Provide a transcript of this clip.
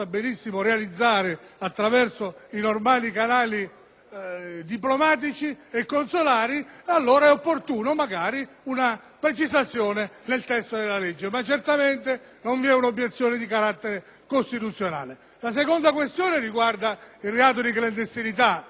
La seconda questione riguarda il reato di clandestinità. Credo che la Commissione abbia compiuto un lavoro